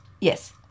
Yes